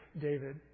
David